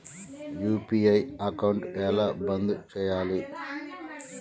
UPI account ఎలా బంద్ చేయాలి?